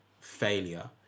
failure